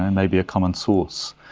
and maybe a common source.